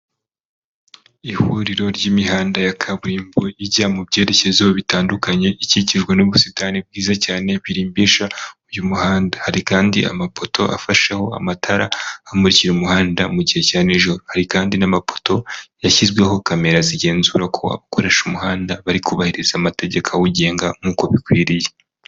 Ihuriro ry'imihanda ya kaburimbo ijya mu byerekezo bitandukanye, ikikijwe n'ubusitani bwiza cyane birimbisha uyu muhanda, hari kandi amapoto afasheho amatara amurikira umuhanda mu gihe cya nijoro, hari kandi n'amapoto yashyizweho kamera zigenzura ko abakoresha umuhanda bari kubahiriza amategeko awugenga nk'uko bikwiriye.